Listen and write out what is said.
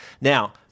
Now